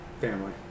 family